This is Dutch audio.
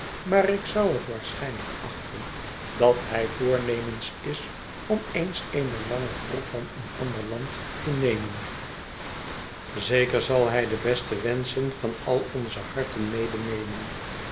maar ik zou het waarschijnlijk achten dat hij voornemens is om eens eene lange proef van een ander land te nemen zeker zal hij de beste wenschen van al onze harten